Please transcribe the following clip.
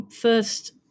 first